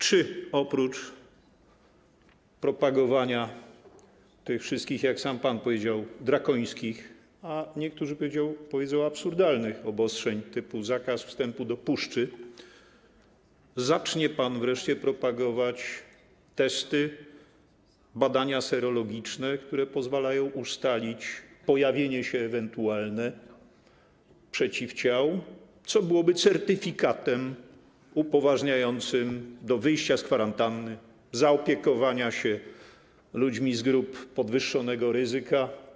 Czy oprócz propagowania tych wszystkich, jak sam pan powiedział: drakońskich, a niektórzy powiedzą: absurdalnych, obostrzeń, typu zakaz wstępu do puszczy, zacznie pan wreszcie propagować testy, badania serologiczne, które pozwalają ustalić ewentualne pojawienie się przeciwciał, co byłoby certyfikatem upoważniającym do wyjścia z kwarantanny, zaopiekowania się ludźmi z grup podwyższonego ryzyka?